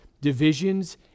divisions